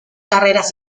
carreras